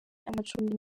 amacumbi